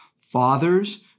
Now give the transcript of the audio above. Fathers